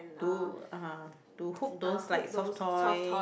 do uh to hook those like soft toy